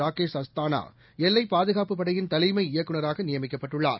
ராகேஷ் அஸ்தானாஎல்லைப் பாதுகாப்புப் படையின் தலைமை இயக்குநராகநியமிக்கப்பட்டுள்ளார்